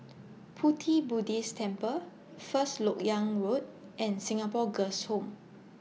Pu Ti Buddhist Temple First Lok Yang Road and Singapore Girls' Home